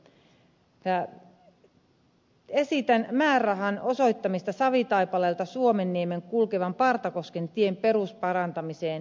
esitän määrärahan osoittamista savitaipaleelta suomenniemelle kulkevan partakosken tien perusparantamiseen